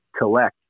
collect